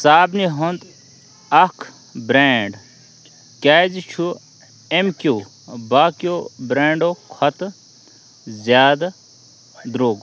صابنہِ ہُنٛد اکھ برٛینٛڈ کیٛازِ چھُ اَمہِ کیٛو باقٕیو برٛینٛڈو کھۄتہٕ زیادٕ درٛوگ